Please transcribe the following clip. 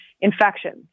infections